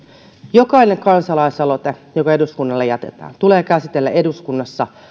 jokainen kansalaisaloite joka eduskunnalle jätetään tulee käsitellä eduskunnassa